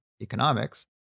economics